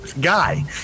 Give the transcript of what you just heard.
guy